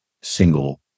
single